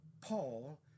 Paul